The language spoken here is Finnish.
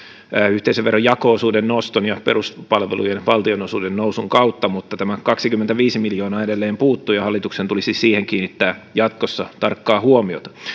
yhteisöveron jako osuuden noston ja peruspalvelujen valtionosuuden nousun kautta mutta tämä kaksikymmentäviisi miljoonaa edelleen puuttuu ja hallituksen tulisi siihen kiinnittää jatkossa tarkkaa huomiota